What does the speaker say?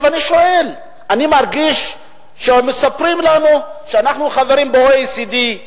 אני שואל: אני מרגיש שמספרים לנו שאנחנו חברים ב-OECD,